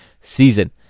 season